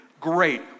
Great